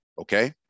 okay